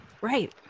right